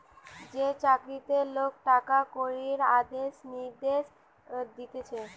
যে চাকরিতে লোক টাকা কড়ির আদেশ নির্দেশ দিতেছে